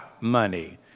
money